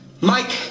Mike